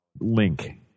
Link